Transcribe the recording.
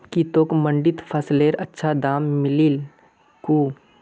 की तोक मंडीत फसलेर अच्छा दाम मिलील कु